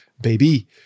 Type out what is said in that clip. baby